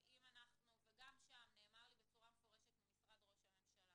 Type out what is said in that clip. גם שם נאמר לי בצורה הוגנת ומפורשת על ידי משרד ראש הממשלה